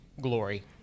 glory